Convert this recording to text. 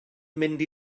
mynd